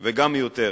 וגם מיותרת.